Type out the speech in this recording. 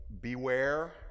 beware